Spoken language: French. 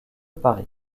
paris